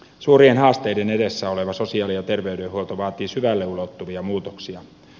suurien haasteiden edessä oleva sosiaali ja terveydenhuolto vaatii syvälle ulottuvia muutoksia